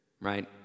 right